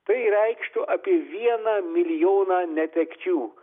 tai reikštų apie vieną milijoną netekčių